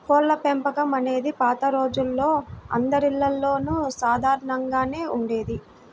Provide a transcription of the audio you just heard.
కోళ్ళపెంపకం అనేది పాత రోజుల్లో అందరిల్లల్లోనూ సాధారణంగానే ఉండేది